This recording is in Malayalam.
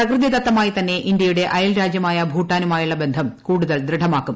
പ്രകൃതിദത്തമായി തന്നെ ഇന്ത്യയുടെ അയൽരാജ്യമായ ഭൂട്ടാനുമായുള്ള ബന്ധം കൂടുതൽ ദൃഡമാക്കും